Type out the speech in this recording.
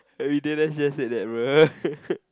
you didn't just say that bruh